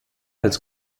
als